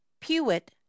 Pewit